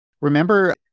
remember